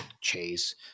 chase